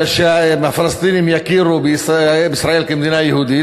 שהפלסטינים יכירו בישראל כמדינה יהודית,